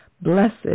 Blessed